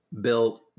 built